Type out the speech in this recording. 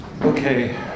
okay